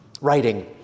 writing